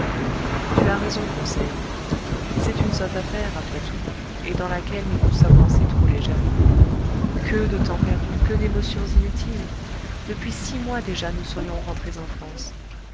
tu as raison conseil c'est une sotte affaire après tout et dans laquelle nous nous sommes lancés trop légèrement que de temps perdu que d'émotions inutiles depuis six mois déjà nous serions rentrés en france